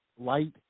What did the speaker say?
light